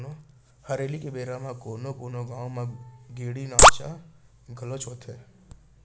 हरेली के बेरा म कोनो कोनो गाँव म गेड़ी नाचा घलोक होथे